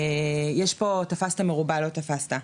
יש פה "תפסת מרובה לא תפסת".